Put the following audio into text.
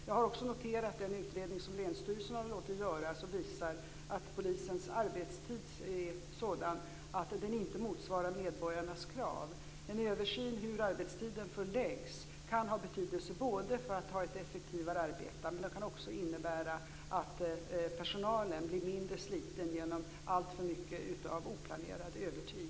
Jag har också noterat den utredning som länsstyrelsen har låtit göra som visar att polisens arbetstid är sådan att den inte motsvarar medborgarnas krav. En översyn över hur arbetstiden förläggs kan ha betydelse när det gäller att få ett effektivare arbete men kan också innebära att personalen blir mindre sliten på grund av alltför mycket oplanerad övertid.